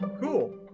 cool